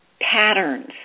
patterns